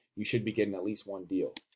you should be getting at least one deal.